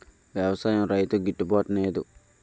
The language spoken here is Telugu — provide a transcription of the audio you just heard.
వ్యవసాయం రైతుకి గిట్టు బాటునేదు